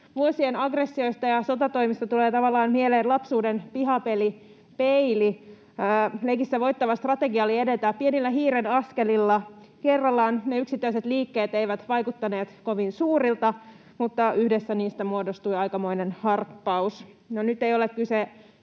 vuosien aggressioista ja sotatoimista tulee tavallaan mieleen lapsuuden pihapeli peili. Leikissä voittava strategia oli edetä pienillä hiiren askelilla. Kerrallaan ne yksittäiset liikkeet eivät vaikuttaneet kovin suurilta, mutta yhdessä niistä muodostui aikamoinen harppaus.